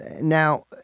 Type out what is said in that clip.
Now